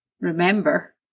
Remember